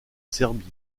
serbie